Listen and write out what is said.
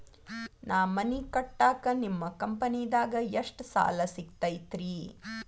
ನಾ ಮನಿ ಕಟ್ಟಾಕ ನಿಮ್ಮ ಕಂಪನಿದಾಗ ಎಷ್ಟ ಸಾಲ ಸಿಗತೈತ್ರಿ?